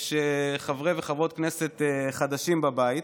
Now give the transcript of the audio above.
הוא שחברי וחברות כנסת חדשים בבית